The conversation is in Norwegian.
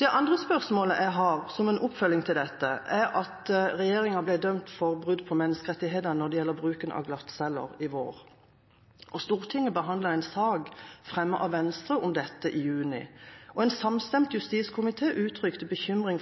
Det andre spørsmålet jeg har, som en oppfølging av dette, dreier seg om at regjeringa i vår ble dømt for brudd på menneskerettighetene når det gjaldt bruken av glattceller. Stortinget behandlet en sak om dette i juni, fremmet av Venstre. En samstemt justiskomité uttrykte bekymring